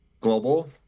Global